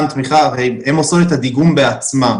הן עושות את הדיגום בעצמן,